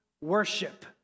worship